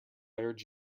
urge